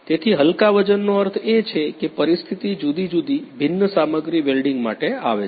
તેથી હલકા વજનનો અર્થ એ છે કે પરિસ્થિતિ જુદી જુદી ભિન્ન સામગ્રી વેલ્ડીંગ માટે આવે છે